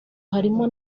harimo